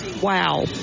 wow